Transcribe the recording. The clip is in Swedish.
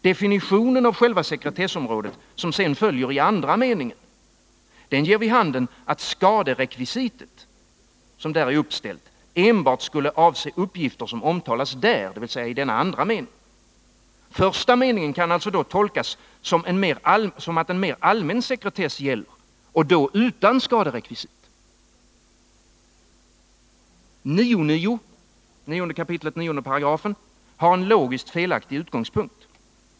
Definitionen av själva sekretessområdet, som sedan följer i den andra meningen, ger vid handen att det skaderekvisit som där är uppställt enbart skulle avse uppgifter som omtalas där, dvs. i andra meningen. Första meningen kan alltså tolkas som att en mer allmän sekretess gäller och då utan skaderekvisit. 9 kap. 9§ har en logiskt felaktig utgångspunkt.